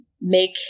make